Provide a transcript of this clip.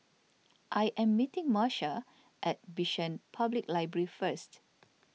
I am meeting Marsha at Bishan Public Library First